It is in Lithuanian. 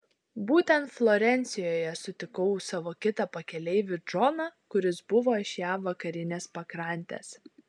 būtent florencijoje sutikau savo kitą pakeleivį džoną kuris buvo iš jav vakarinės pakrantės